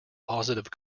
positive